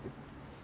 morning